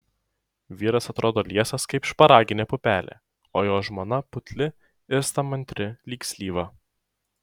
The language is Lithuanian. vyras atrodo liesas kaip šparaginė pupelė o jo žmona putli ir stamantri lyg slyva